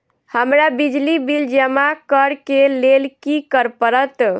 हमरा बिजली बिल जमा करऽ केँ लेल की करऽ पड़त?